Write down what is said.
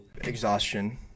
exhaustion